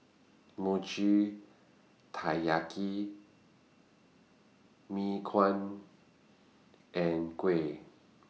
Mochi Taiyaki Mee Kuah and Kuih